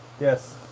Yes